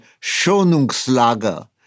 Schonungslager